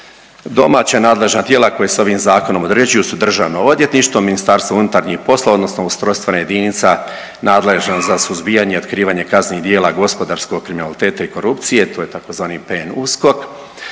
Domaća nadležna tijela koje se ovim Zakonom određuju su DORH, MUP, odnosno ustrojstvena jedinica nadležna za suzbijanje i otkrivanje kaznenih djela gospodarskog kriminaliteta i korupcije, to je tzv. PNUSKOK,